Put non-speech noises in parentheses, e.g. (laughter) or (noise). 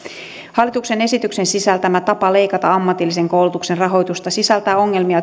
hallituksen esityksen sisältämä tapa leikata ammatillisen koulutuksen rahoitusta sisältää ongelmia (unintelligible)